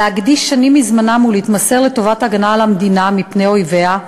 להקדיש שנים מזמנם ולהתמסר להגנה על המדינה מפני אויביה.